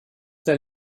der